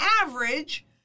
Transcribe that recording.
average